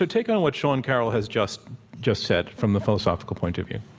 take on what sean carroll has just just said, from the philosophical point of view.